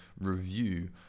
review